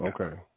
Okay